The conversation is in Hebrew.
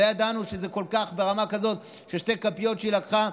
לא ידענו שזה ברמה כזאת ששתי כפיות היא לקחה,